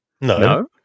No